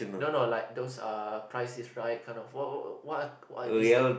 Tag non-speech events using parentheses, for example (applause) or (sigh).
no no like those err pricey right kind of work (noise) what what I this type